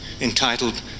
entitled